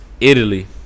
Italy